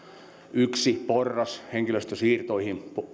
yksi porras poistui henkilöstösiirroissa